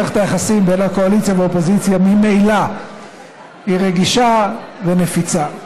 מערכת היחסים בין הקואליציה והאופוזיציה ממילא היא רגישה ונפיצה.